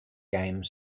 game